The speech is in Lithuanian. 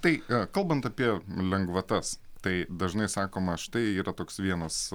tai kalbant apie lengvatas tai dažnai sakoma štai yra toks vienas